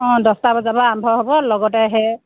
অ' দহটা বজাৰ পৰা আৰম্ভ হ'ব লগতে সেই